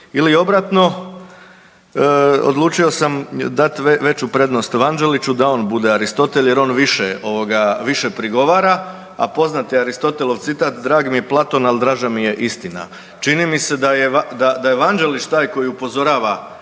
ili obratno odlučio sam dati veću prednost Vanđeliću da on bude Aristotel jer on više ovoga više prigovara, a poznat je Aristotelov citat „Drag mi je Platon, ali draža mi je istina“. Čini mi se da je Vanđelić taj koji upozorava